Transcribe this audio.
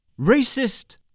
Racist